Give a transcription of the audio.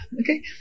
okay